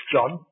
John